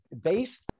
based